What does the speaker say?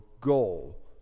goal